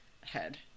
head